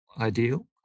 ideal